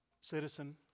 citizen